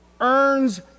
earns